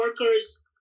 workers